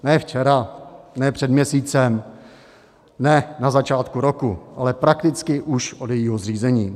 Ne včera, ne před měsícem, ne na začátku roku, ale prakticky už od jejího zřízení.